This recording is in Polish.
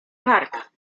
kark